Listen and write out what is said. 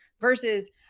versus